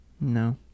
no